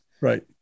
Right